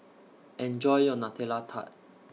Enjoy your Nutella Tart